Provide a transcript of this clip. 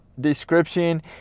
description